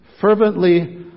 Fervently